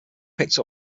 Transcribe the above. picked